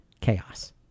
chaos